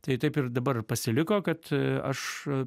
tai taip ir dabar pasiliko kad aš